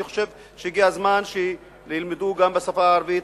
אני חושב שהגיע הזמן שילמדו גם בשפה הערבית.